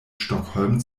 stockholm